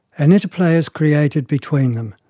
an interplay is created between them,